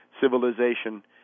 civilization